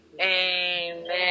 Amen